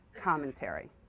commentary